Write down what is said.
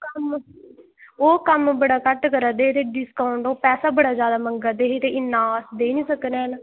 कम्म ओह् कम्म बड़ा घट्ट करा दे हे ते डिसकाउंट ओह् पैसा बड़ा जैदा मंगा दे हे ते इन्ना अस देई निं सकने हैन